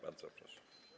Bardzo proszę.